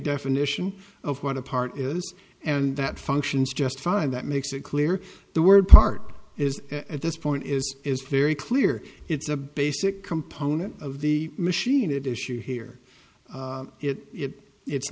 definition of what a part is and that functions just fine that makes it clear the word part is at this point is is very clear it's a basic component of the machine it issued here it it